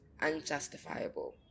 unjustifiable